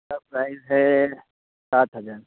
اس کا پرائز ہے سات ہزار